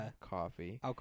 coffee